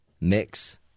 mix